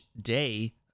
day